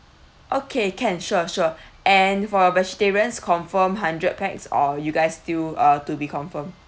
okay can sure sure and for vegetarians confirmed hundred pax or you guys still uh to be confirmed